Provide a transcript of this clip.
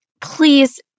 please